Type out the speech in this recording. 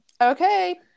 Okay